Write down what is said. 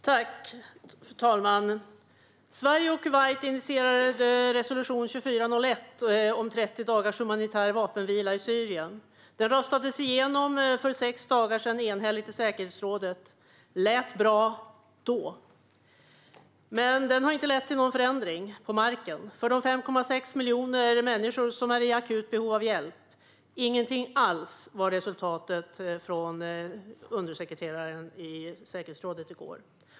Fru talman! Sverige och Kuwait initierade resolution 2401 om 30 dagars humanitär vapenvila i Syrien. Den röstades för sex dagar sedan igenom enhälligt i säkerhetsrådet. Den lät bra då, men den har inte lett till någon förändring på marken för de 5,6 miljoner människor som är i akut behov av hjälp. Ingenting alls var resultatet, enligt vad undersekreteraren sa i säkerhetsrådet i går.